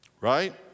right